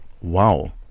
Wow